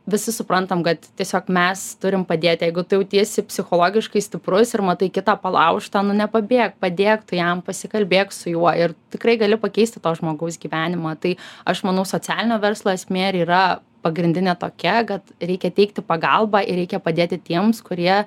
visi suprantam kad tiesiog mes turim padėt jeigu tu jautiesi psichologiškai stiprus ir matai kitą palaužtą nu nepabėk padėk tu jam pasikalbėk su juo ir tikrai gali pakeisti to žmogaus gyvenimą tai aš manau socialinio verslo esmė ir yra pagrindinė tokia kad reikia teikti pagalbą ir reikia padėti tiems kurie